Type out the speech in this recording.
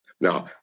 Now